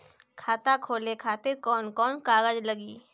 खाता खोले खातिर कौन कौन कागज लागी?